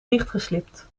dichtgeslibd